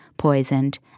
poisoned